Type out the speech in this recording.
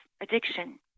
addiction